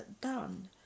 done